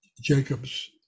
Jacob's